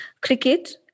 cricket